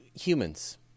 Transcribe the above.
humans